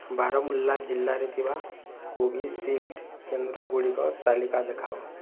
ବାରମୁଲ୍ଲା ଜିଲ୍ଲାରେ ଥିବା କୋଭିଶିଲ୍ଡ ଟିକା କେନ୍ଦ୍ରଗୁଡ଼ିକର ତାଲିକା ଦେଖାଅ